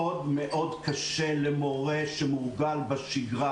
מאוד מאוד קשה למורה שמורגל בשגרה,